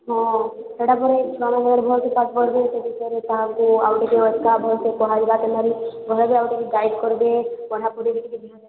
ହଁ ହେଟା କଲେ ଛୁଆମାନେ ଆହୁରି ଭଲ ସେ ପାଠ୍ ପଢ଼ିବେ ସେ ବିଷୟରେ ତାହାକୁ ଆଉ ଟିକେ ଅଧିକା ଭଲ୍ସେ ପଢ଼ାଇବାକେ ଧରି ଘରେ ବି ଆଉ ଟିକେ ଗାଇଡ଼୍ କରିବେ ପଢ଼ା ପଢ଼ିରେ ଟିକେ ଧ୍ୟାନ ଦେବେ